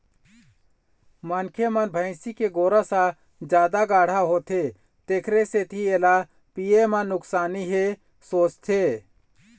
मनखे मन भइसी के गोरस ह जादा गाड़हा होथे तेखर सेती एला पीए म नुकसानी हे सोचथे